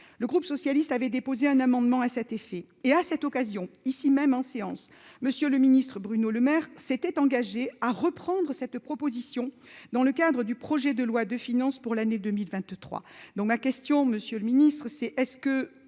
le groupe socialiste avait déposé un amendement à cet effet, et à cette occasion, ici même en séance, monsieur le Ministre, Bruno Lemaire, s'était engagé à reprendre cette proposition dans le cadre du projet de loi de finances pour l'année 2023, donc ma question Monsieur le Ministre, c'est est-ce que